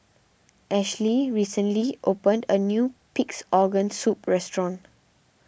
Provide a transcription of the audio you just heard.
Ashlie recently opened a new Pig's Organ Soup restaurant